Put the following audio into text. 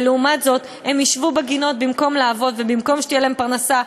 ולעומת זאת הם ישבו בגינות במקום לעבוד ובמקום שתהיה להם פרנסה,